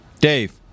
Dave